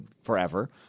forever